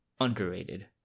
underrated